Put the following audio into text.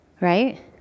Right